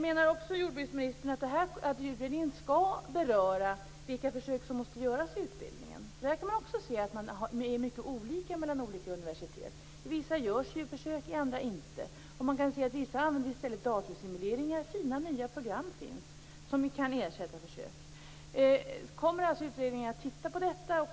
Menar jordbruksministern också att utredningen skall beröra vilka försök som måste göras i utbildningen? Också här kan man se att det är mycket olika mellan olika universitet. På vissa universitet görs djurförsök, på andra inte. Vissa av universiteten använder i stället datorsimuleringar. Det finns fina nya program som kan ersätta försök. Kommer alltså utredningen att titta närmare på detta?